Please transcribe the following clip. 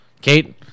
kate